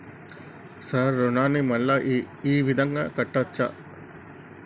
Sir రుణాన్ని మళ్ళా ఈ విధంగా కట్టచ్చా?